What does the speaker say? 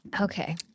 Okay